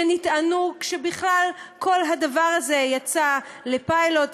שנטענו כשבכלל כל הדבר הזה יצא לפיילוט,